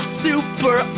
super